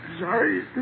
sorry